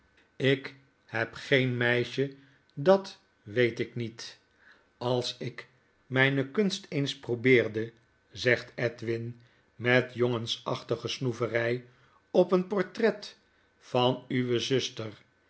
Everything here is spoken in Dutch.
lk heb geen meisje dat weet ik niet als ik myne kunst eens probeerde zegt edwin met jongensachtige snoevery w op een portret van uwe zuster